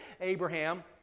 Abraham